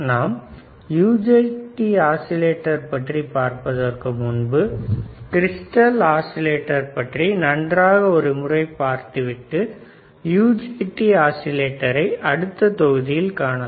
நாம் UJT oscillator பற்றி பார்ப்பதற்கு முன்பு கிரிஸ்டல் ஆஸிலேட்டர் பற்றி நன்றாக ஒருமுறை பார்த்துவிட்டு UJT ஆஸிலேட்டரை அடுத்த தொகுதியில் காணலாம்